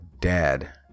Dad